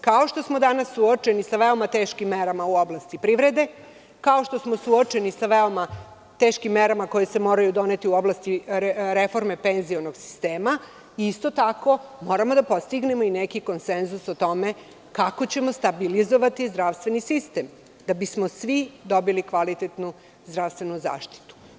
Kao što smo danas suočeni sa veoma teškim merama u oblasti privrede, kao što smo suočeni sa veoma teškim merama koje se moraju doneti u oblasti reforme penzionog sistema, isto tako moramo da postignemo neki konsenzus o tome kako ćemo stabilizovati zdravstveni sistem da bismo svi dobili zdravstvenu zaštitu.